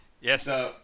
Yes